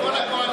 אתה מוציא דיבה,